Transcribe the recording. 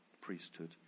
priesthood